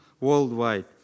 worldwide